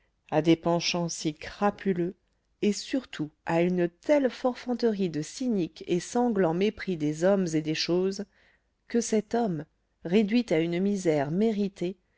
à des penchants si crapuleux et surtout à une telle forfanterie de cynique et sanglant mépris des hommes et des choses que cet homme réduit à une misère méritée